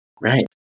right